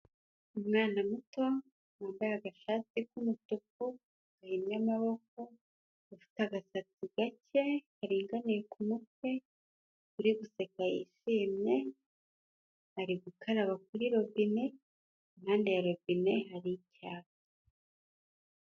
Umwana muto wambaye agashati k'umutuku gahinnye amaboko afite agasatsi gake karinganiye ku mutwe, uri guseka yishimye, ari gukaraba kuri robine impande ya robine hari icyapa.